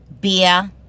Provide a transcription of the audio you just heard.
Beer